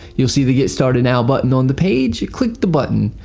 you'll see the get started now button on the page. click the button.